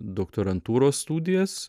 doktorantūros studijas